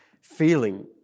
feeling